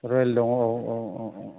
रयेल दङ औ औ औ औ